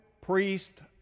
priest